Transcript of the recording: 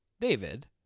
David